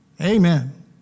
Amen